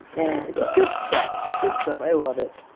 just good stuff! good stuff! i love it!